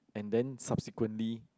and then subsequently